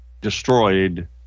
destroyed